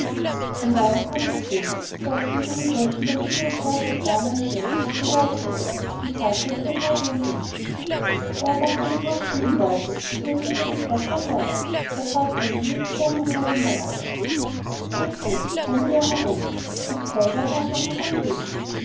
am morgen kam der könig und als er den jungen burschen da liegen und schlafen sah meint er der wäre auch todt und sagte es sey schade um ihn da erwachte der bursch von den worten und wie er den könig sah stand er auf der fragte ihn wie es gegangen wäre in der nacht recht gut eine wär herum die zwei werden auch noch